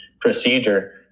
procedure